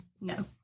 No